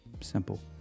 simple